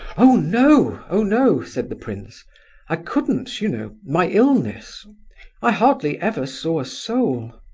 oh no, oh no! said the prince i couldn't, you know my illness i hardly ever saw a soul.